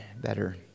better